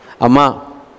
Ama